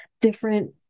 different